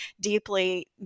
deeply